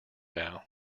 now